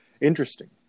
interesting